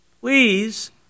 Please